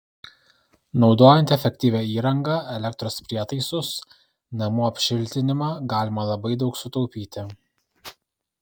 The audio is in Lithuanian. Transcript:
naudojant efektyvią įrangą elektros prietaisus namų apšiltinimą galima labai daug sutaupyti